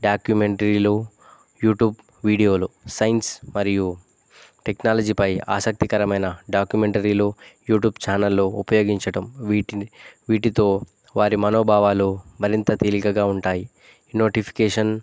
డాక్యుమెంటరీలు YouTube వీడియోలు science మరియు టెక్నాలజీపై ఆసక్తికరమైన డాక్యుమెంటరీలు యూట్యూబ్ ఛానల్లో ఉపయోగించటం వీటి వీటితో వారి మనోభావాలు మరింత తేలికగా ఉంటాయి నోటిఫికేషన్